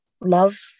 love